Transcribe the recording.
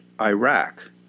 Iraq